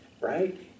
right